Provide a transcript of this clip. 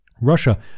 Russia